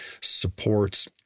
supports